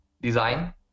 design